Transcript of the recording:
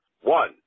One